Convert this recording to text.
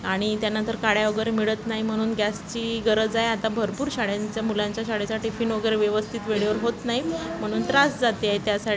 आणि त्यानंतर काड्या वगैरे मिळत नाही म्हणून गॅसची गरज आहे आता भरपूर शाळेंचा मुलांच्या शाळेचा टिफिन वगैरे व्यवस्थित वेळेवर होत नाही म्हणून त्रास जाते आहे त्यासाठी